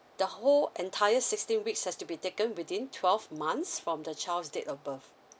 the whole entire sixteen weeks has to be taken within twelve months from the child's date of birth